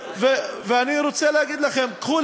ואני רוצה להגיד לכם: קחו,